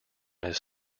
his